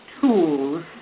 Tools